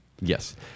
Yes